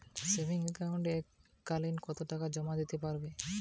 Savings একাউন্টে এক কালিন কতটাকা জমা দিতে পারব?